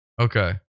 Okay